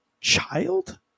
child